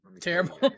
Terrible